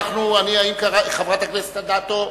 חברת הכנסת אדטו,